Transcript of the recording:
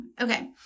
Okay